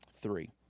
three